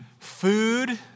food